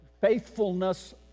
faithfulness